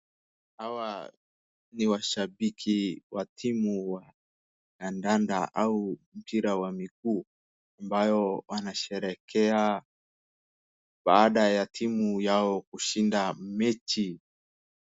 Hawa ni washabiki wa timu ya ndanda au mpira wa miguu ambayo wanasherekea baada ya timu yao kushinda mechi.